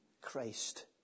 Christ